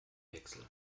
wechsel